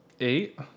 Eight